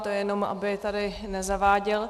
To jenom aby tady nezaváděl.